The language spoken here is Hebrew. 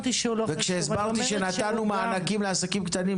וכשהסברתי שנתנו מענקים לעסקים קטנים,